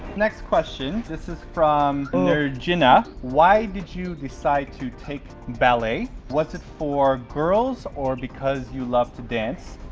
next question this is from nergina why did you decide to take ballet? was it for girls? or because you love to dance?